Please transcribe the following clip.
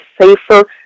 safer